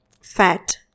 fat